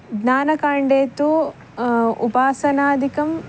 ज्ञानकाण्डे तु उपासनादिकम्